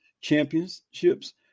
Championships